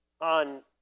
on